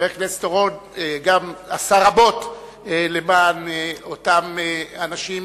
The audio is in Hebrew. גם חבר הכנסת אורון עשה רבות למען אותם אנשים,